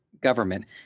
government –